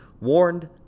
warned